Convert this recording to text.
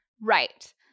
Right